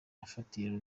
afatira